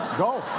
go.